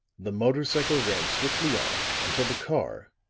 the motor cycle ran swiftly on until the car,